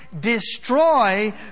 destroy